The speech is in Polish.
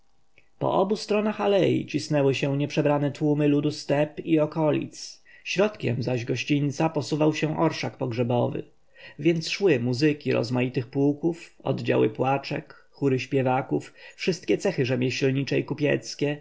po obu stronach alei cisnęły się nieprzebrane tłumy ludu z teb i okolic środkiem zaś gościńca posuwał się orszak pogrzebowy więc szły muzyki rozmaitych pułków oddziały płaczek chóry śpiewaków wszystkie cechy rzemieślnicze i kupieckie